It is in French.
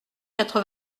quatre